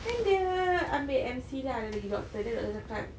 then dia ambil M_C lah dia pergi doctor then doctor cakap